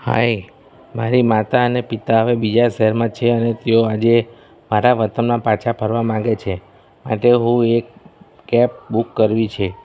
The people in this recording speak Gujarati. હાય મારી માતા અને પિતા હવે બીજા શહેરમાં છે અને તેઓ આજે મારા વતનમાં પાછા ફરવા માંગે છે માટે હું એક કેબ બુક કરવી છે